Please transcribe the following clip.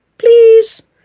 Please